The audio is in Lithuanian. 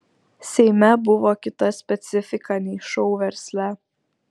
seime buvo kita specifika nei šou versle